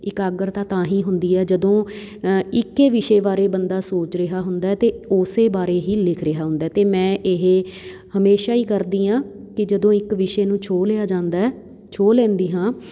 ਇਕਾਗਰਤਾ ਤਾਂ ਹੀ ਹੁੰਦੀ ਹੈ ਜਦੋਂ ਇੱਕੇ ਵਿਸ਼ੇ ਬਾਰੇ ਬੰਦਾ ਸੋਚ ਰਿਹਾ ਹੁੰਦਾ ਅਤੇ ਉਸੇ ਬਾਰੇ ਹੀ ਲਿਖ ਰਿਹਾ ਹੁੰਦਾ ਅਤੇ ਮੈਂ ਇਹ ਹਮੇਸ਼ਾ ਹੀ ਕਰਦੀ ਹਾਂ ਕਿ ਜਦੋਂ ਇੱਕ ਵਿਸ਼ੇ ਨੂੰ ਛੋਹ ਲਿਆ ਜਾਂਦਾ ਛੋਹ ਲੈਂਦੀ ਹਾਂ